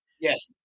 Yes